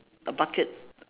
a bucket